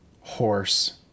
horse